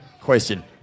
question